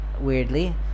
weirdly